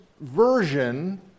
version